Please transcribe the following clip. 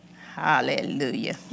Hallelujah